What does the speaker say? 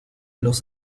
los